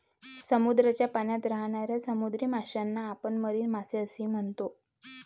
समुद्राच्या पाण्यात राहणाऱ्या समुद्री माशांना आपण मरीन मासे असेही म्हणतो